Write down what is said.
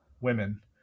women